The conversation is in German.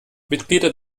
mitglieder